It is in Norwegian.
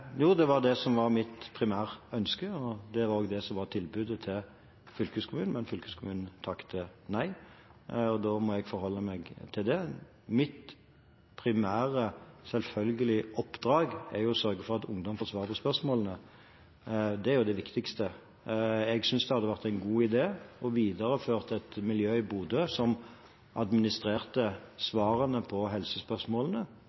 Jo, det var det som var mitt primærønske. Det var også det som var tilbudet til fylkeskommunen, men fylkeskommunen takket nei, og da må jeg forholde meg til det. Mitt primære oppdrag er selvfølgelig å sørge for at ungdom får svar på spørsmålene, det er det viktigste. Jeg synes det hadde vært en god idé å videreføre dette miljøet i Bodø, som administrerte